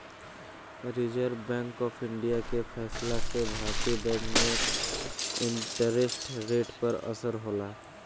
reserve bank of India के फैसला से भारतीय बैंक में इंटरेस्ट रेट पर असर होला